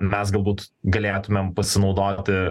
mes galbūt galėtumėm pasinaudoti